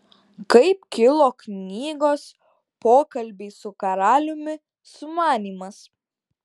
kaip kilo knygos pokalbiai su karaliumi sumanymas